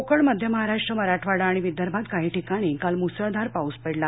कोकणमध्य महाराष्ट्र मराठवाडा आणि विदर्भात काही ठिकाणी काल मुसळधार पाऊस पडला